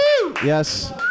Yes